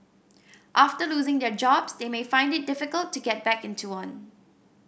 after losing their jobs they may find it difficult to get back into one